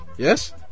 yes